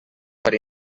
per